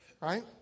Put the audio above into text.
right